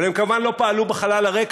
אבל הם כמובן לא פעלו בחלל הריק,